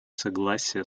согласия